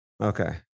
Okay